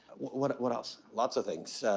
what what else? lots of things,